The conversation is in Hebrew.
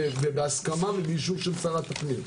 בהסכמה ובאישור של שרת הפנים.